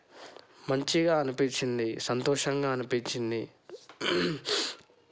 మంచిగా అనిపించింది సంతోషంగా అనిపించింది